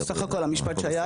הכול בסדר, שום דבר לא אישי.